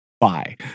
bye